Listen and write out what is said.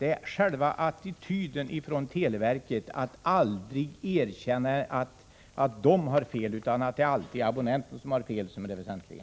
Det är själva attityden från televerket att aldrig erkänna att man kan ha fel utan alltid hävda att abonnenten har fel som är det väsentliga.